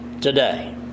Today